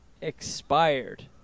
expired